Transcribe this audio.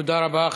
תודה רבה.